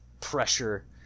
pressure